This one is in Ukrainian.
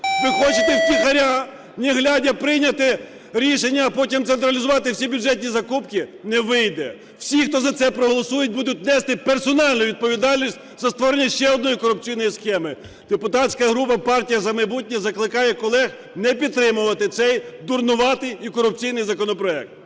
Ви хочете втихаря, не глядя, прийняти рішення, а потім централізувати всі бюджетні закупки? Не вийде! Всі, хто за це проголосують, будуть нести персональну відповідальність за створення ще однієї корупційної схеми! Депутатська група "Партія "За майбутнє" закликає колег не підтримувати цей дурнуватий і корупційний законопроект.